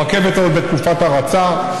הרכבת עוד בתקופת הרצה,